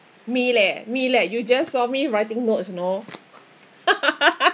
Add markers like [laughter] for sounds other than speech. me leh me leh you just saw me writing notes you know [laughs]